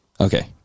Okay